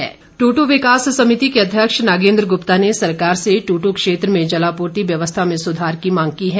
जलापूर्ति दूदू विकास समिति के अध्यक्ष नागेन्द्र गुप्ता ने सरकार से दूदू क्षेत्र में जलापूर्ति व्यवस्था में सुधार की मांग की है